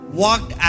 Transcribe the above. walked